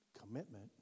commitment